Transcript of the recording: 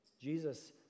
Jesus